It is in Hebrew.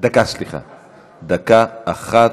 דקה אחת.